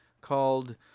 called